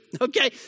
Okay